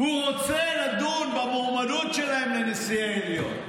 הוא רוצה לדון במועמדות שלהם לנשיא העליון.